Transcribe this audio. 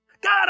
God